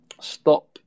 stop